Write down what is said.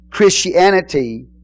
Christianity